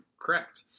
correct